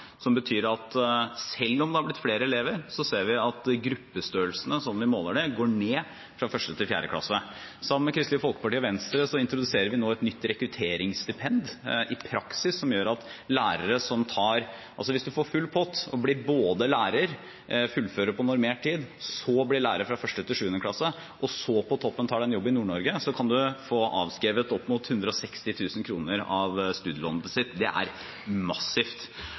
som betyr at selv om det har blitt flere elever, har gruppestørrelsene, slik vi måler dem, gått ned i 1.–4. klasse. Sammen med Kristelig Folkeparti og Venstre introduserer vi nå et nytt rekrutteringsstipend i praksis, som gjør at hvis man får full pott – både blir lærer, fullfører på normert tid, blir lærer i 1.–7. klasse og på toppen av det tar jobb i Nord-Norge – kan man få avskrevet opp mot 160 000 kr av studielånet sitt. Det er massivt.